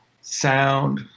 sound